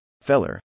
Feller